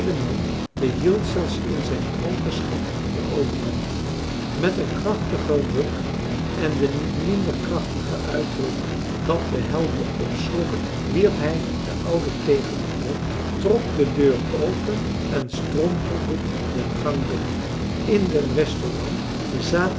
behield zelfs in zijn dronkenschap de overhand met een krachtigen ruk en den niet minder krachtigen uitroep dat de hel je opslokke wierp hij de oude tegen den grond trok de deur open en strompelde den gang binnen in den restaurant zaten